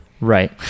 right